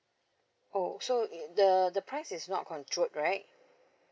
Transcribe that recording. oh so the the price is not controlled right